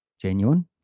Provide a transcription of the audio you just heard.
genuine